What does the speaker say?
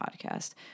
podcast